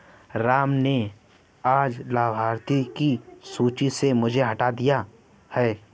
राम ने आज लाभार्थियों की सूची से मुझे हटा दिया है